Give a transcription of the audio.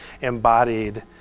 embodied